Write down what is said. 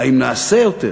האם נעשה יותר?